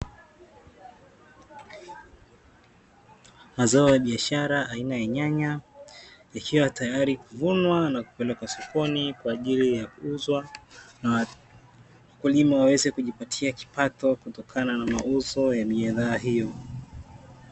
Mazao ya biashara aina ya nyanya, yakiwa tayari kuvunwa na kupelekwa sokoni kwa ajili ya kuuzwa, na wakulima waweze kujipatia kipato kutokana na mauzo ya bidhaa hiyo.